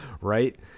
right